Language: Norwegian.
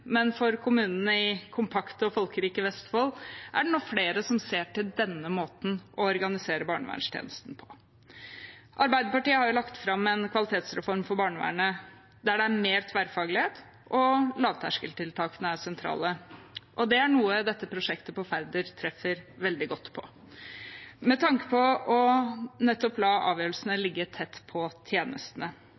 men for kommunene i kompakte og folkerike Vestfold er det nå flere som ser til denne måten å organisere barnevernstjenesten på. Arbeiderpartiet har lagt fram en kvalitetsreform for barnevernet der det er mer tverrfaglighet og lavterskeltiltakene er sentrale. Det er noe prosjektet på Færder treffer veldig godt på, med tanke på nettopp å la avgjørelsene ligge tett på tjenestene.